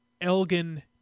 Elgin